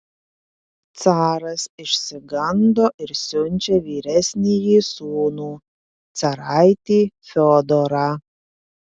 caras išsigando ir siunčia vyresnįjį sūnų caraitį fiodorą